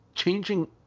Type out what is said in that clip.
Changing